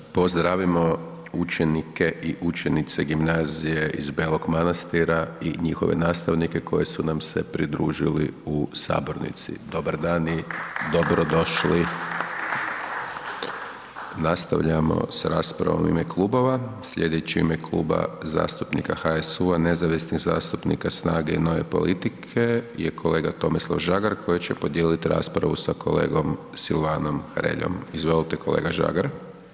Hvala, pozdravimo učenike i učenice gimnazije iz Belog Manastira i njihove nastavnike koji su nam se pridružili u sabornici, dobar dan i dobro došli! … Nastavljamo s raspravom u ime klubova, slijedeći u ime Kluba zastupnika HSU-a, nezavisnih zastupnika, SNAGA-e i nove politike je kolega Tomislav Žagar koji će podijelit raspravu s kolegom Silvanom Hreljom, izvolite kolega Žagar.